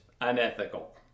unethical